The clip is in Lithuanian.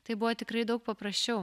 tai buvo tikrai daug paprasčiau